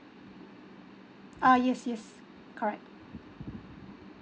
uh yes yes correct